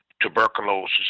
tuberculosis